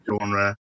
genre